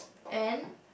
and